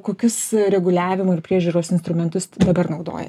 kokius reguliavimo ir priežiūros instrumentus dabar naudojate